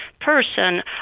person